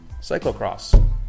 cyclocross